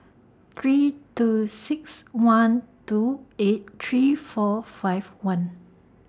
three two six one two eight three four five one